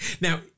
Now